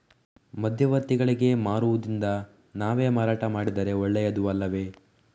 ಮಧ್ಯವರ್ತಿಗಳಿಗೆ ಮಾರುವುದಿಂದ ನಾವೇ ಮಾರಾಟ ಮಾಡಿದರೆ ಒಳ್ಳೆಯದು ಅಲ್ಲವೇ?